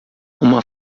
uma